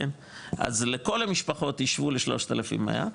אז לכל המשפחות השוו ל-3,100,